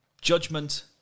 judgment